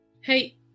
Hey